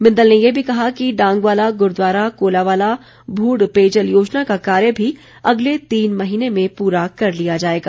बिंदल ने ये भी कहा कि डांगवाला गुरूद्वारा कोलावाला भूड़ पेयजल योजना का कार्य भी अगले तीन महीने में पूरा कर लिया जाएगा